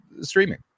streaming